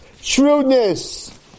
shrewdness